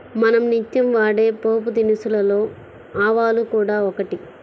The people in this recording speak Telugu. మనం నిత్యం వాడే పోపుదినుసులలో ఆవాలు కూడా ఒకటి